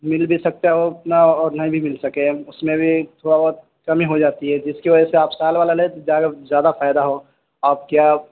مل بھی سکتا ہے اتنا اور نہیں بھی مل سکے اس میں بھی تھوڑا بہت کمی ہو جاتی ہے جس کی وجہ سے آپ سال والا لیں تو زیادہ زیادہ فائدہ ہو آپ کیا